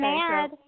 mad